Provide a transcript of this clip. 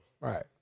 Right